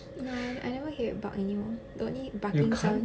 no I never hear it bark anymore the only barking sound